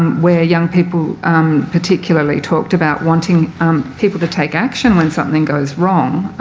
where young people particularly talked about wanting people to take action when something goes wrong,